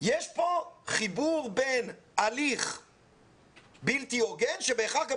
יש כאן חיבור בין הליך בלתי הוגן שבהכרח גם